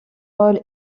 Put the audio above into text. rôle